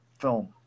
film